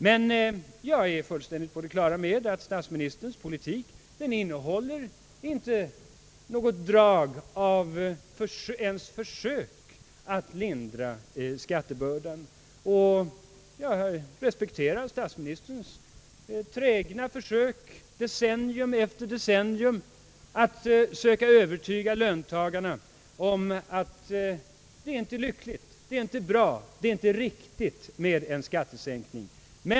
Jag är emellertid fullständigt på det klara med att statsministerns politik inte innehåller något drag av ens ett försök att lindra skattebördan, och jag respekterar statsministerns trägna men fåfänga försök decennium efter decennium att övertyga löntagarna om att det inte är lyckligt, bra och riktigt med en skattesänkning.